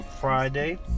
Friday